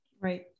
Right